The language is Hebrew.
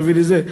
תביא לי זה,